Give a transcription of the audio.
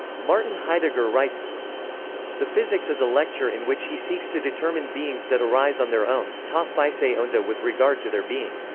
martin heidegger writes the physics is a lecture in which he seeks to determine beings that arise on their own, ta phusei onta, with regard to their being.